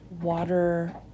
water